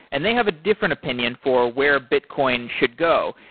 and they have a different opinion for where bitcoin should go.